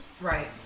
Right